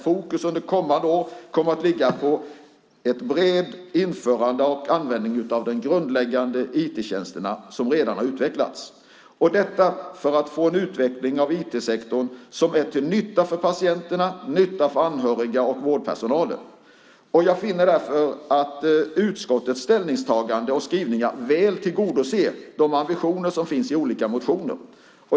Fokus under kommande år kommer att ligga på ett brett införande och på användning av de grundläggande IT-tjänster som redan har utvecklats, detta för att få en utveckling av IT-sektorn som är till nytta för patienter, anhöriga och vårdpersonal. Jag finner därför att utskottets ställningstagande och skrivningar väl tillgodoser de ambitioner som finns i olika motioner.